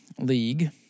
League